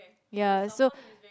ya so